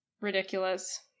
ridiculous